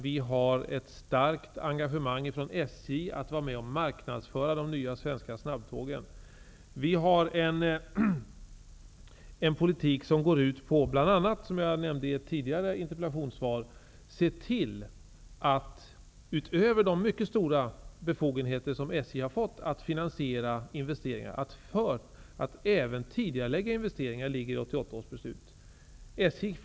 SJ har ett starkt engagemang i marknadsföringen av de nya svenska snabbtågen. Som jag tidigare nämnde i ett interpellationssvar har vi en politik som bl.a. går ut på att se till att, utöver de mycket stora befogenheter som SJ har fått, investeringarna finansieras och att även göra det möjligt att tidigarelägga investeringar, vilket finns med i 1988 års beslut.